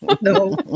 no